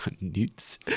newts